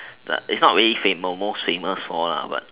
that is not really most famous for lah but